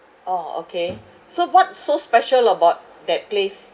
orh okay so what's so special about that place